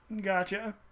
Gotcha